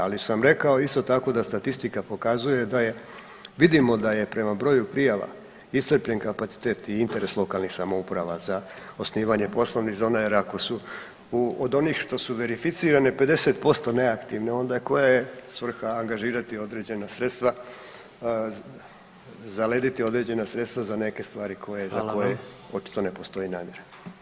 Ali sam rekao isto tako da statistika pokazuje da je vidimo da je prema broju prijava iscrpljen kapacitet i interes lokalnih samouprava za osnivanje poslovnih zona jer ako su od onih što su verificirane 60% neaktivne, onda koja je svrha angažirati određena sredstva zalediti određena sredstva za neke stvari koje [[Upadica: Hvala vam.]] za koje očito ne postoji namjera.